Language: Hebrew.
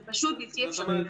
זה פשוט בלתי אפשרי.